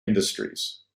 industries